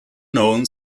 known